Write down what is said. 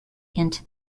into